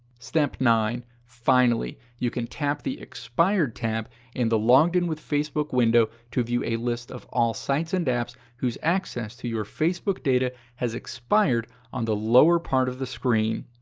step nine. finally, you can tap the expired tab in the logged in with facebook window to view a list of all sites and apps whose access to your facebook data has expired on the lower part of the screen.